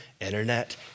internet